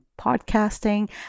podcasting